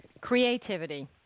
creativity